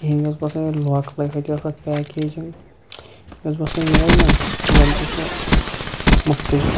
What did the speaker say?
کِہِیٖنۍ مےٚ اوس باسان یُہے لوکلٕے ہُتہِ ٲسۍ اتھ پیکیجِنٛگ یہِ اوس باسان یُہے نہَ زَن تہِ چھُ مُفتٕے